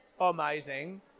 amazing